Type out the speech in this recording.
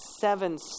seven